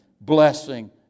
blessing